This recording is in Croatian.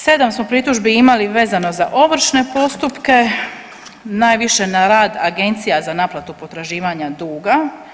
7 smo pritužbi imali vezano za ovršne postupke, najviše na rad agencija za naplatu potraživanja duga.